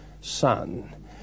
son